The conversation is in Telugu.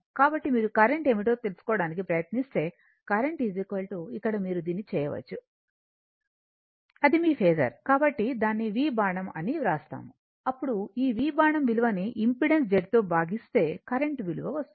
కాబట్టి మీరు కరెంట్ ఏమిటో తెలుసుకోవడానికి ప్రయత్నిస్తే కరెంట్ ఇక్కడ మీరు దీన్ని చేయవచ్చు అది మీ ఫేసర్ కాబట్టి దాన్ని v బాణం అని వ్రాస్తాము అప్పుడు ఈ v బాణం విలువని ఇంపెడెన్స్ Z తో భాగిస్తే కరెంట్ విలువ వస్తుంది